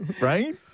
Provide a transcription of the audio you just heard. Right